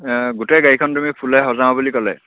গোটেই গাড়ীখন তুমি ফুলেৰে সজাওঁ বুলি ক'লে